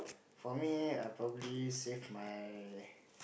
for me I probably save my